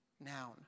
Noun